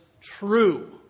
True